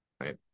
right